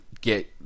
get